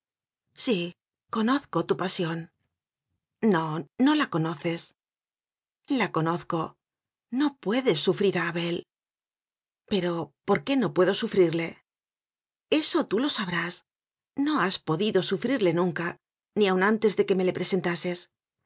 sí conozco tu pasión no no la conoces la conozco no puedes sufrir a abel pero por qué no puedo sufrirle eso tú lo sabrás no has podido sufrirle nunca ni aun antes de que me le presenta